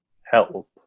Help